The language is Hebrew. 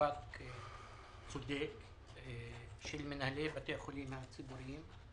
מאבק צודק של מנהלי בתי החולים הציבוריים.